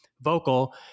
vocal